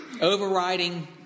overriding